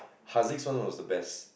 Hazi's one was the best